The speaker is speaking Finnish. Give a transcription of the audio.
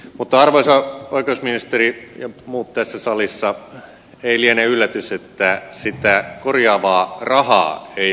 mutta arvoisa oikeusministeri ja muut tässä salissa ei liene yllätys että sitä korjaavaa rahaa ei ole tulossa